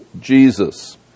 Jesus